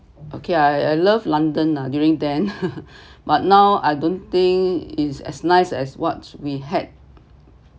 okay I I love london during then but now I don't think it's as nice as what we had